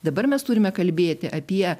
dabar mes turime kalbėti apie